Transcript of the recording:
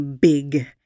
big